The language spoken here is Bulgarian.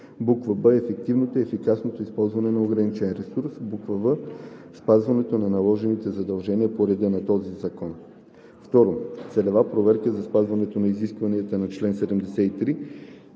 ресурс; б) ефективното и ефикасното използване на ограничен ресурс; в) спазването на наложените задължения по реда на този закон; 2. целева проверка за спазването на изискванията на чл. 73,